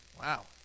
Wow